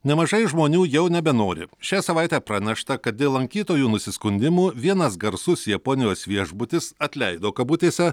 nemažai žmonių jau nebenori šią savaitę pranešta kad dėl lankytojų nusiskundimų vienas garsus japonijos viešbutis atleido kabutėse